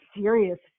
serious